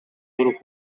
loro